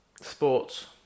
Sports